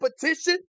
competition